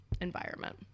environment